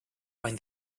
find